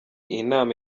inama